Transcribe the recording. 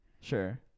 Sure